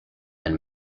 and